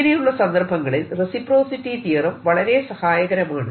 ഇങ്ങനെയുള്ള സന്ദർഭങ്ങളിൽ reciprocity theorem വളരെ സഹായകരമാണ്